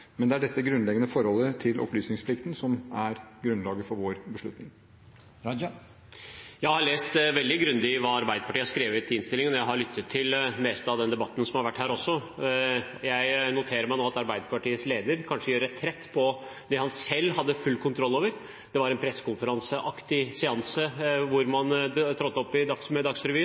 Men det er dette grunnleggende forholdet til opplysningsplikten som er grunnlaget for vår beslutning. Jeg har lest veldig grundig hva Arbeiderpartiet har skrevet i innstillingen, og jeg har også lyttet til det meste av den debatten som har vært her. Jeg noterer meg nå at Arbeiderpartiets leder kanskje gjør retrett på det han selv hadde full kontroll over. Det var en pressekonferanseaktig seanse, hvor